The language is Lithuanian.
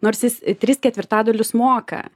nors jis tris ketvirtadalius moka